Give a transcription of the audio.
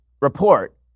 report